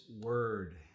word